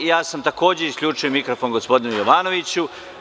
Ja sam takođe isključio mikrofon gospodinu Jovanoviću.